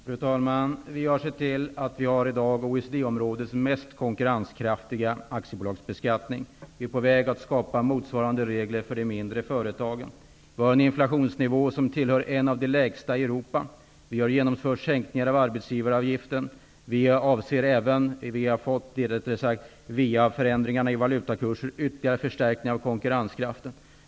Fru talman! Vi har sett till att Sverige i dag har OECD-områdets mest konkurrenskraftiga aktibolagsbeskattning. Vi är på väg att skapa motsvarande regler för de mindre företagen. Den svenska inflationsnivån är en av de lägsta i Europa. Vi har genomfört sänkningar av arbetsgivaravgiften. Vi har via förändringar i valutakurser fått en ytterligare förstärkt konkurrenskraft.